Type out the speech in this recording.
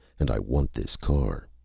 and i want this car.